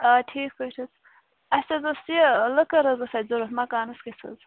آ ٹھیٖک پٲٹھۍ حظ اَسہِ حظ اوس یہِ لٔکٕر حظ ٲس اَسہِ ضروٗرت مَکانَس کِژھ حظ